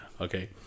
Okay